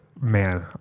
man